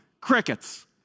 Crickets